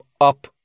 up